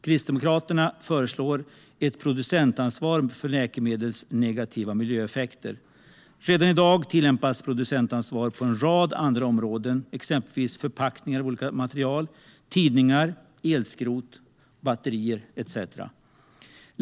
Kristdemokraterna föreslår ett producentansvar för läkemedlens negativa miljöeffekter. Redan i dag tillämpas producentansvar på en rad andra områden, exempelvis vad gäller förpackningar av olika material, tidningar, elskrot och batterier.